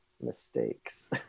mistakes